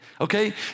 Okay